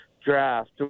draft